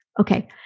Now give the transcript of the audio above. Okay